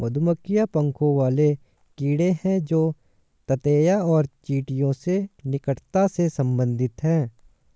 मधुमक्खियां पंखों वाले कीड़े हैं जो ततैया और चींटियों से निकटता से संबंधित हैं